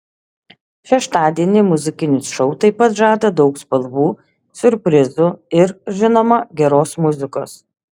šeštadienį muzikinis šou taip pat žada daug spalvų siurprizų ir žinoma geros muzikos